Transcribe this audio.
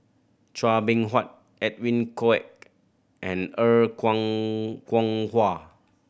Chua Beng Huat Edwin Koek and Er Kwong Kwong Wah